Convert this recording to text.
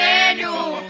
Daniel